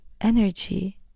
energy